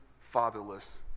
fatherless